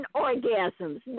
orgasms